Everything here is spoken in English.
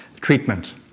Treatment